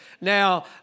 Now